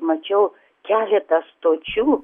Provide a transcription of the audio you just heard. mačiau keletą stočių